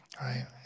right